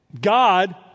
God